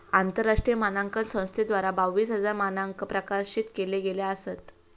आंतरराष्ट्रीय मानांकन संस्थेद्वारा बावीस हजार मानंक प्रकाशित केले गेले असत